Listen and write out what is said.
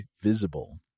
Visible